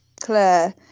Claire